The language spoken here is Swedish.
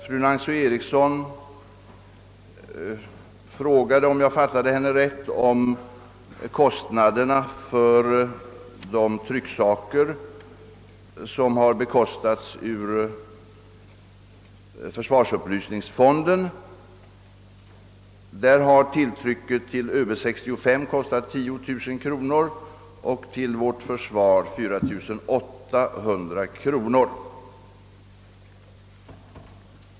Fru Nancy Eriksson frågade om kostnaderna för de trycksaker som bekostats med pengar ur försvarsupplysningsfonden, och där har tilltrycket till ÖB 65 kostat 10 000 kronor och till Vårt Försvar 4 800 kronor.